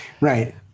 Right